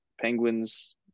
penguins